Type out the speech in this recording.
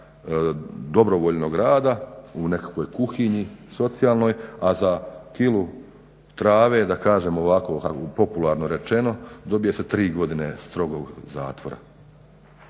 dobrovoljnog rada u nekakvoj kuhinji socijalnoj, a za kilu trave da kažem ovako popularno rečeno dobije se 3 godine strogog zatvora.